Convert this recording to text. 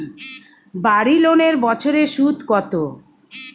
বাড়ি লোনের বছরে সুদ কত?